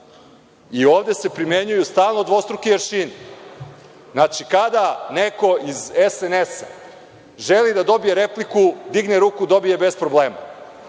I ovde se primenjuju stalno dvostruki aršini. Znači, kada neko iz SNS želi da dobije repliku, digne ruku dobije bez problema.